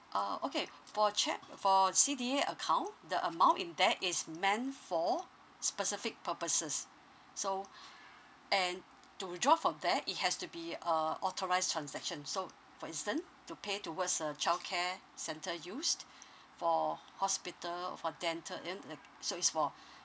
uh okay for check for C_D_A account the amount in there is meant for specific purposes so and to withdraw from there it has to be uh authorised transaction so for instance to pay towards uh childcare center use for hospital for dental uh so is for